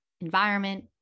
environment